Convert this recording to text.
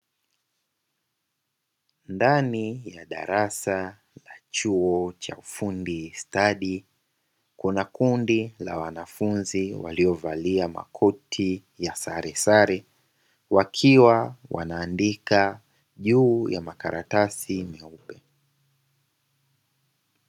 Ndani ya darasa la chuo cha ufundi stadi kuna kundi la wanafunzi waliovalia makoti ya saresare. Wakiwa wanaandika juu ya makaratasi meupe.